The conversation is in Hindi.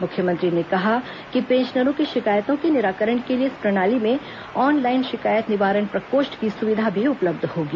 मुख्यमंत्री ने कहा कि पेंशनरों की शिकायतों के निराकरण के लिए इस प्रणाली में ऑन लाइन शिकायत निवारण प्रकोष्ठ की सुविधा भी उपलब्ध होगी